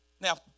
Now